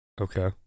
okay